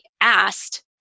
asked